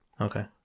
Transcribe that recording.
Okay